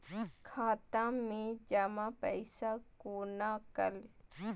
खाता मैं जमा पैसा कोना कल